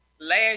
last